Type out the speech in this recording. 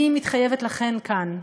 אני מתחייבת לכן כאן,